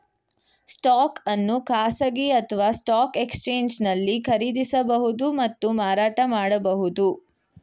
stock ಅನ್ನು ಖಾಸಗಿ ಅಥವಾ ಸ್ಟಾಕ್ ಎಕ್ಸ್ಚೇಂಜ್ನಲ್ಲಿ ಖರೀದಿಸಬಹುದು ಮತ್ತು ಮಾರಾಟ ಮಾಡಬಹುದು